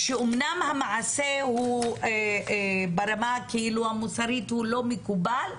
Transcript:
שאמנם המעשה הוא ברמה כאילו המוסרית לא מקובל,